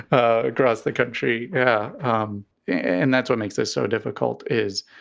across the country. yeah um and that's what makes this so difficult is,